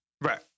Right